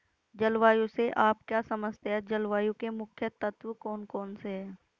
जलवायु से आप क्या समझते हैं जलवायु के मुख्य तत्व कौन कौन से हैं?